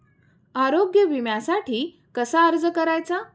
आरोग्य विम्यासाठी कसा अर्ज करायचा?